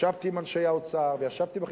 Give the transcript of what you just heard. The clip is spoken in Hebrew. ישבתי עם אנשי האוצר וישבתי עם אחרים,